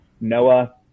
Noah